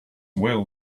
will